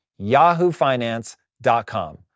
yahoofinance.com